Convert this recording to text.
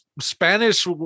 Spanish